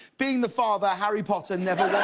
being the father harry potter never like